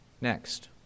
Next